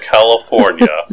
California